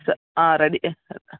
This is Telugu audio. సా ఆ రెడీ